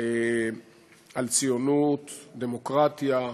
על ציונות, דמוקרטיה,